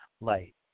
light